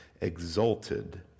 exalted